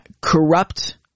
corrupt